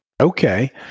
Okay